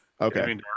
Okay